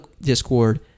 Discord